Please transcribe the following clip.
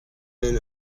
been